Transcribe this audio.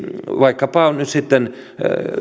vaikkapa nyt sitten